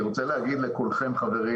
אני רוצה להגיד לכולכם, חברים